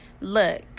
look